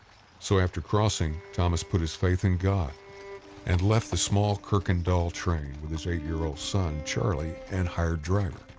so after crossing, thomas put his faith in god and left the small kirkendall train with his eight year old son charly and hired driver.